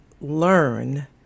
learn